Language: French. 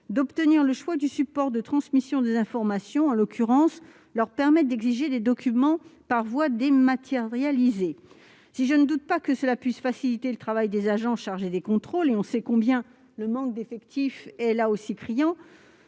d'obtenir le choix du support de transmission des informations, en l'occurrence d'exiger des documents par voie dématérialisée. Si je ne doute pas que cela puisse faciliter le travail des agents chargés des contrôles- on sait combien le manque d'effectifs est, là aussi, criant